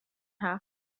haw